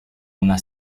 una